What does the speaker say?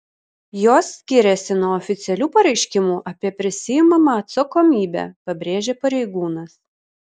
jos skiriasi nuo oficialių pareiškimų apie prisiimamą atsakomybę pabrėžė pareigūnas